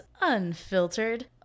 unfiltered